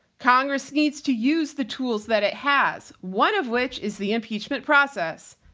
congress needs to use the tools that it has, one of which is the impeachment process.